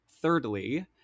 Thirdly